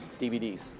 DVDs